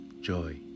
Joy